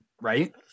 right